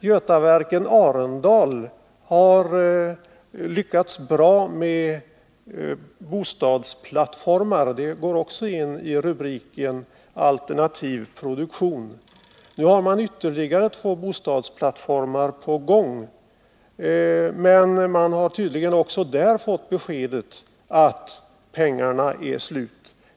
Götaverken Arendal har lyckats bra med bostadsplattformar — det går också in under rubriken alternativ produktion. Nu har man ytterligare två bostadsplattformar på gång, men man har tydligen också där fått beskedet att pengarna är slut.